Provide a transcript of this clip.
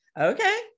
okay